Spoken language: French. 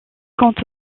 quant